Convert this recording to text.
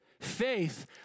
Faith